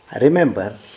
Remember